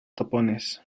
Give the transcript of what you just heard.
tapones